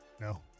No